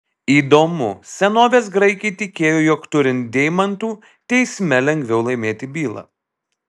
įdomu senovės graikai tikėjo jog turint deimantų teisme lengviau laimėti bylą